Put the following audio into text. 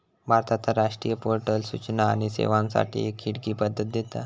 भारताचा राष्ट्रीय पोर्टल सूचना आणि सेवांसाठी एक खिडकी पद्धत देता